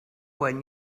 when